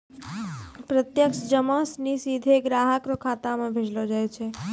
प्रत्यक्ष जमा सिनी सीधे ग्राहक रो खातो म भेजलो जाय छै